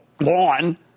lawn